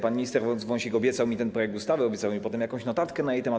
Pan minister Wąsik obiecał mi ten projekt ustawy, obiecał mi potem jakąś notatkę na jej temat.